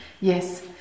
yes